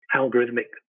algorithmic